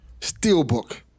steelbook